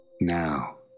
Now